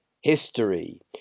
history